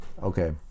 Okay